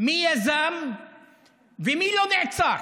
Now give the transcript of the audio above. מי יזם ומי לא נעצר.